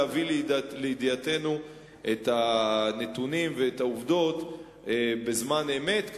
להביא לידיעתנו את הנתונים ואת העובדות בזמן אמת,